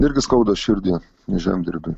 irgi skauda širdį žemdirbiui